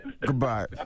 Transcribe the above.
Goodbye